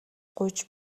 гуйж